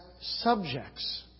subjects